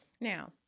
Now